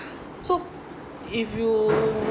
so if you